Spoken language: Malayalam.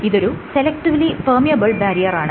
ഇതൊരു സെലക്ടീവ്ലി പെർമിയബിൾ ബാരിയറാണ്